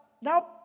Nope